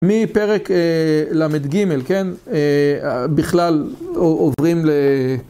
מפרק למד ג' בכלל עוברים ל...